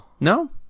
No